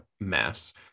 mess